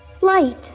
Light